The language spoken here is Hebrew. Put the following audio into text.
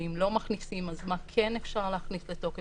ואם לא מכניסים, אז מה כן אפשר להכניס לתוקף.